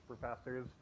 professors